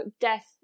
death